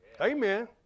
amen